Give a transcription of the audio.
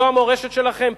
זו המורשת שלכם?